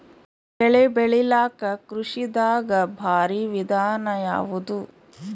ಬೆಳೆ ಬೆಳಿಲಾಕ ಕೃಷಿ ದಾಗ ಭಾರಿ ವಿಧಾನ ಯಾವುದು?